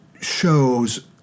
shows